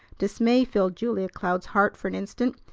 dismay filled julia cloud's heart for an instant,